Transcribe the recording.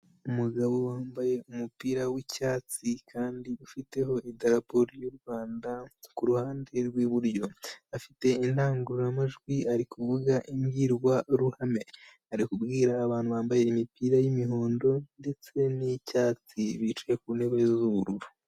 Umugabo wambaye umupira wicyatsi kandi ufiteho idaraporo ry'u rwanda kuruhande rw'iburyo afite indangururamajwi ari kuvuga imbwirwaruhame ari kubwira abantu bambaye imipira y'umuhondo ndetse n'icyatsi bicaye ku ntebe z'ubururu.